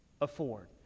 afford